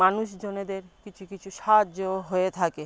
মানুষজনেদের কিছু কিছু সাহায্যও হয়ে থাকে